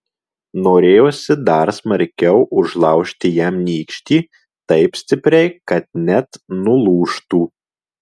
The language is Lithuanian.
norėjosi dar smarkiau užlaužti jam nykštį taip stipriai kad net nulūžtų